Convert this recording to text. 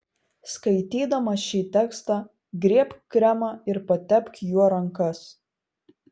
skaitydama šį tekstą griebk kremą ir patepk juo rankas